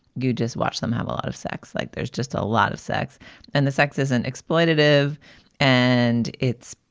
you just watch them have a lot of sex, like there's just a lot of sex and the sex isn't exploitative and it's,